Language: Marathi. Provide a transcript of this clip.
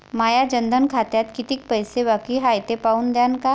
माया जनधन खात्यात कितीक पैसे बाकी हाय हे पाहून द्यान का?